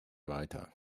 weiter